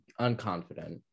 unconfident